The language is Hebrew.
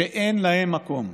שאין להם מקום.